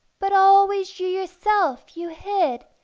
but always you yourself you hid.